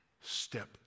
Step